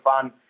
fun